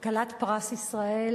כלת פרס ישראל,